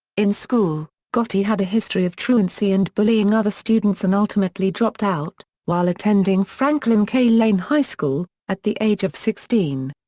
in school, gotti had a history of truancy and bullying other students and ultimately dropped out, while attending franklin k. lane high school, at the age of sixteen.